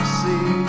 see